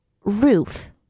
roof